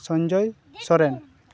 Sanjay Soren